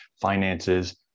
finances